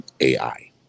AI